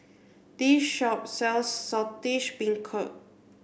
this shop sells Saltish Beancurd